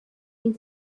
این